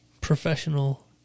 professional